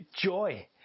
joy